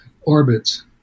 orbits